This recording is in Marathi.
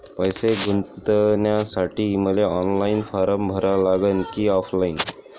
पैसे गुंतन्यासाठी मले ऑनलाईन फारम भरा लागन की ऑफलाईन?